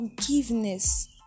forgiveness